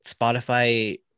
Spotify